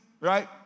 right